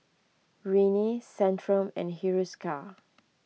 Rene Centrum and Hiruscar